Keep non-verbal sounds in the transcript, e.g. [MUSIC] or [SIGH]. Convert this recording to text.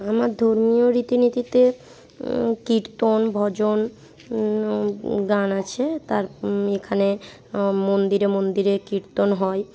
আমার ধর্মীয় রীতিনীতিতে কীর্তন ভজন [UNINTELLIGIBLE] গান আছে তার এখানে মন্দিরে মন্দিরে কীর্তন হয়